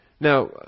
Now